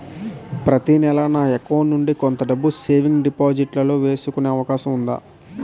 ప్రతి నెల నా అకౌంట్ నుండి కొంత డబ్బులు సేవింగ్స్ డెపోసిట్ లో వేసుకునే అవకాశం ఉందా?